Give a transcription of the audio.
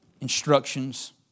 instructions